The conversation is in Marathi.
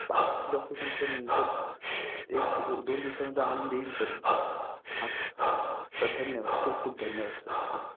बाकीची डॉक्युमेंट्स सर नंतर एक दोन दिवसानंतर आणून देईन सर हां सर सर धन्यवाद खूप खूप धन्यवाद सर हां